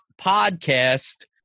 podcast